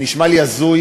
חבר'ה.